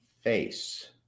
face